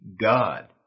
God